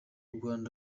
rwanda